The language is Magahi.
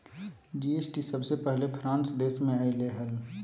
जी.एस.टी सबसे पहले फ्रांस देश मे अइले हल